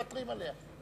מוותרים עליה.